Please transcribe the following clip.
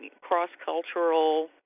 cross-cultural